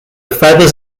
feathers